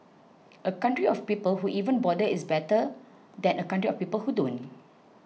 a country of people who even bother is better than a country of people who don't